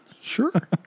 sure